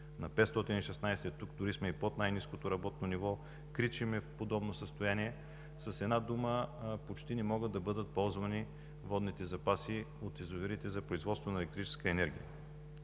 на 516, тук дори сме и под най-ниското работно ниво; „Кричим“ е в подобно състояние. С една дума – почти не могат да бъдат ползвани водните запаси от язовирите за производство на електрическа енергия.